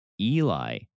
Eli